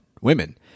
women